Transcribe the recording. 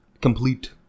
complete